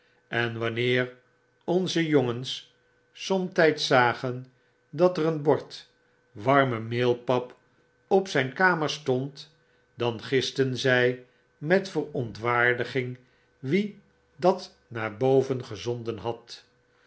en wanneer onze jongens somtyds zagen dat er een bord warme meelpap op zyn kamer stond dan gisten zy met verpntwaardiging wie dat naar boven gezonden had